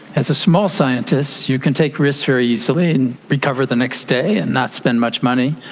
as a small scientist you can take risks very easily and recover the next day and not spend much money.